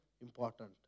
important